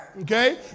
Okay